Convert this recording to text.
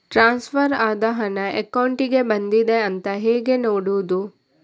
Transfer ಆದ ಹಣ ಅಕೌಂಟಿಗೆ ಬಂದಿದೆ ಅಂತ ಹೇಗೆ ನೋಡುವುದು?